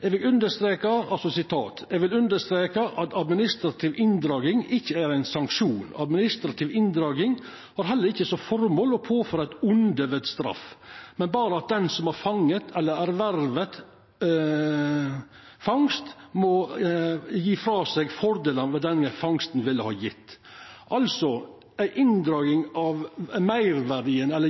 vil understreke at administrativ inndragning ikke er en sanksjon. Administrativ inndragning har ikke som formål å påføre et onde ved straff, men bare at den som har fanget eller ervervet ulovlig fangst må gi fra seg fordelene denne fangsten ville gitt.» – Altså ei inndraging av